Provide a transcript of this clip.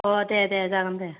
अ दे दे जागोन दे